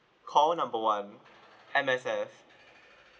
call number one M_S_F